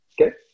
Okay